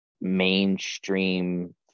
mainstream